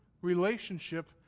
relationship